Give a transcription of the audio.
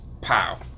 Pow